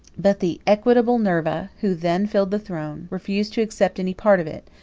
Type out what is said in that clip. but the equitable nerva, who then filled the throne, refused to accept any part of it,